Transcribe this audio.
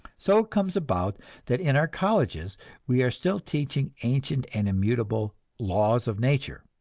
so it comes about that in our colleges we are still teaching ancient and immutable laws of nature,